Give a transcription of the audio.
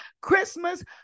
Christmas